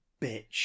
bitch